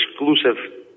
exclusive